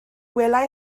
welai